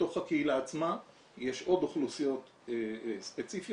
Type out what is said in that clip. בתוך הקהילה עצמה יש עוד אוכלוסיות ספציפיות